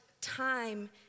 time